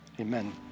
Amen